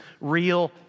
real